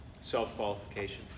self-qualification